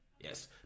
Yes